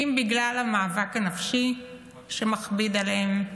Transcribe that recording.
אם בגלל המאבק הנפשי שמכביד עליהם,